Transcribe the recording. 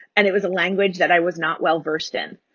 and it was a language that i was not well-versed in.